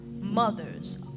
mothers